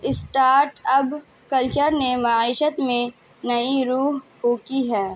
start اب culture نے معیشت میں نئی روح پھونکی ہے